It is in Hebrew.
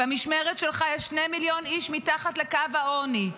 במשמרת שלך יש 2 מיליון איש מתחת לקו העוני.